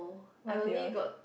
what's yours